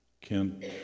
Kent